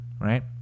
right